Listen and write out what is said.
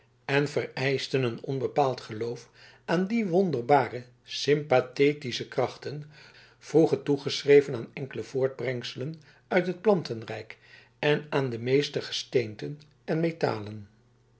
en vereischten een onbepaald geloof aan die wonderbare sympathetische krachten vroeger toegeschreven aan enkele voortbrengselen uit het plantenrijk en aan de meeste gesteenten en metalen